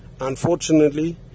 unfortunately